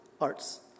arts